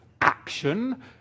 action